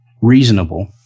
reasonable